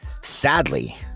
sadly